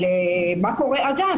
מה קורה עד אז?